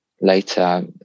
later